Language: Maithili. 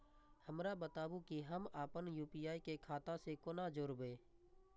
हमरा बताबु की हम आपन यू.पी.आई के खाता से कोना जोरबै?